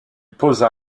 posa